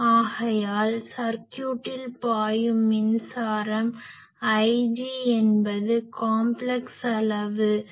ஆகையால் சர்க்யூட்டில் பாயும் மின்சாரம் Ig என்பது காம்ப்லக்ஸ் அளவு சிக்கலெண்